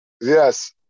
Yes